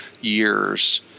years